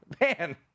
Man